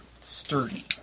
sturdy